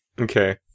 Okay